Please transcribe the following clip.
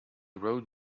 road